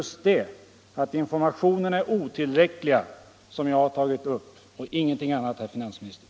Just detta att informationen är otillräcklig har jag tagit upp och ingenting annat, herr finansminister.